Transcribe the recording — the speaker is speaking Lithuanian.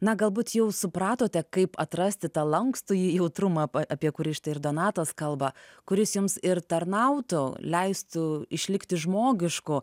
na galbūt jau supratote kaip atrasti tą lankstųjį jautrumą apie kurį štai ir donatas kalba kuris jums ir tarnautų leistų išlikti žmogišku